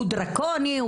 הוא דרקוני,